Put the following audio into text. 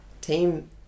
Team